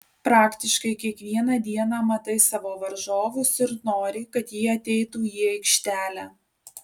praktiškai kiekvieną dieną matai savo varžovus ir nori kad jie ateitų į aikštelę